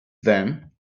then